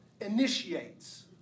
initiates